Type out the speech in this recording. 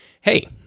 hey